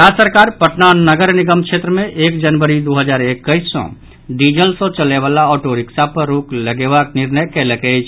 राज्य सरकार पटना नगर निगम क्षेत्र मे एक जनवरी दू हजार एकैस सॅ डीजल सॅ चलय वला ऑटोरिक्शा पर रोक लगेबाक निर्णय कयलक अछि